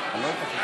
זה נרשם בפרוטוקול.